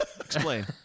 Explain